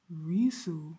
Risu